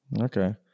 okay